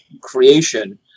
creation